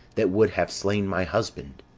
that would have slain my husband.